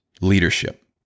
leadership